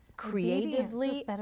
Creatively